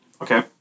okay